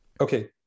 Okay